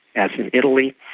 as in italy.